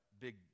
Big